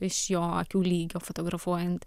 iš jo akių lygio fotografuojant